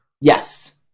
Yes